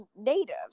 Native